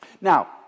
Now